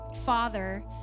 father